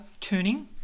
turning